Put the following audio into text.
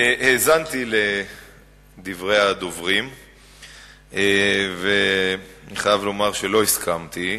האזנתי לדברי הדוברים ואני חייב לומר שלא הסכמתי,